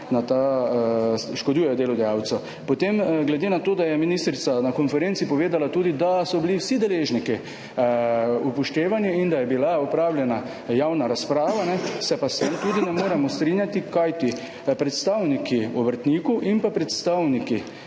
škodujejo delodajalcu. Glede na to, da je ministrica na konferenci povedala tudi, da so bili vsi deležniki upoštevani in da je bila opravljena javna razprava, se pa s tem tudi ne moremo strinjati. Kajti predstavniki obrtnikov in predstavniki